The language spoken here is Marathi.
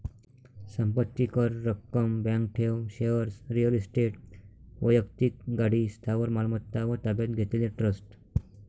संपत्ती कर, रक्कम, बँक ठेव, शेअर्स, रिअल इस्टेट, वैक्तिक गाडी, स्थावर मालमत्ता व ताब्यात घेतलेले ट्रस्ट